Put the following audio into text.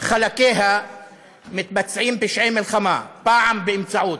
חלקיה מתבצעים פשעי מלחמה, פעם באמצעות